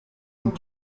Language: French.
nous